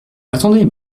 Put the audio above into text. attendez